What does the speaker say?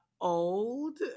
old